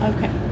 Okay